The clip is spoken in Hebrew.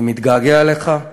אני מתגעגע אליך.